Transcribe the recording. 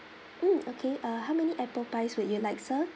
mm okay uh how many apple pies would you like sir